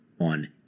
on